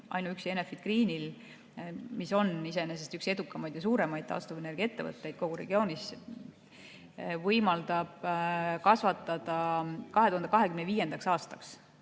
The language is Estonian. ainuüksi Enefit Greenil, mis on iseenesest üks edukamaid ja suuremaid taastuvenergiaettevõtteid kogu regioonis, kasvatada 2025. aastaks